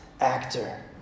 actor